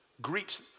Greet